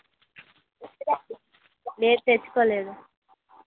సంచి లేదు తెచ్చుకోలేదు